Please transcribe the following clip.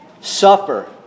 suffer